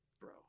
Bro